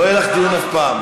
לא יהיה לך דיון אף פעם.